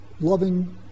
Loving